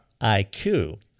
IQ